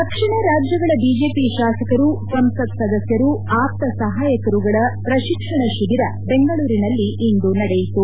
ದಕ್ಷಿಣ ರಾಜ್ಯಗಳ ಬಿಜೆಪಿ ಶಾಸಕರು ಸಂಸತ್ ಸದಸ್ಕರು ಆಪ್ತ ಸಹಾಯಕರುಗಳ ಪ್ರತಿಕ್ಷಣ ಶಿಬಿರ ಬೆಂಗಳೂರಿನಲ್ಲಿಂದು ನಡೆಯಿತು